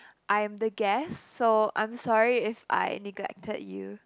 I am the guest so I'm sorry if I neglected you